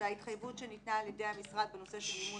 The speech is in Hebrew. ההתחייבות שניתנה על ידי המשרד בנושא מימון